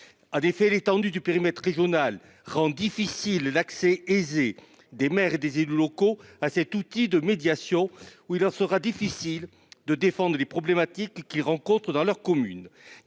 fait l'étendue du périmètre régional rend difficile l'accès aisé des maires et des élus locaux à cet outil de médiation où il leur sera difficile de défendre les problématiques qu'ils rencontrent dans leur commune